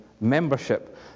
membership